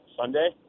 sunday